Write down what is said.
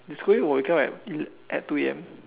if schooling will wake up at at two A_M